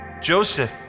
Joseph